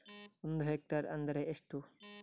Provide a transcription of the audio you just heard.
ಒಂದು ಹೆಕ್ಟೇರ್ ಎಂದರೆ ಎಷ್ಟು?